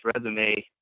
resume